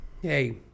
Hey